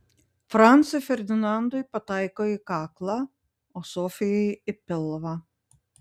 francui ferdinandui pataiko į kaklą o sofijai į pilvą